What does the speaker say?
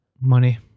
Money